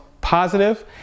positive